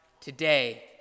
today